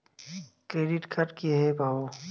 Credit card কিভাবে পাব?